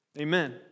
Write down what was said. Amen